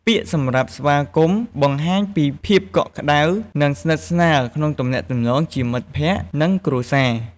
ពាក្យសម្រាប់ ស្វាគមន៍ បង្ហាញពីភាពកក់ក្តៅ និងស្និទ្ធស្នាលក្នុងទំនាក់ទំនងជាមិត្តភក្តិ និងគ្រួសារ។។